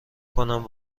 کنم